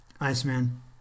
Iceman